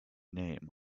name